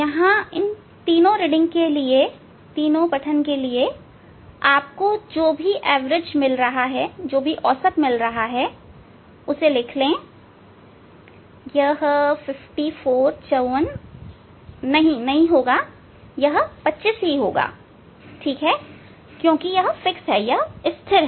यहां इन तीनों रीडिंग के लिए आपको जो भी औसत मिलता है उसे लिख ले और यह 54 नहीं होगा यह 25 ही है ठीक क्योंकि यह स्थिर है